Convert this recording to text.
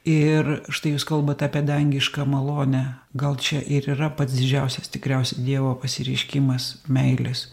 ir štai jūs kalbat apie dangišką malonę gal čia ir yra pats didžiausias tikriausia dievo pasireiškimas meilės